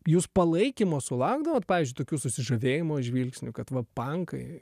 jūs palaikymo sulaukdavo pavyzdžiui tokių susižavėjimo žvilgsnių kad va pankai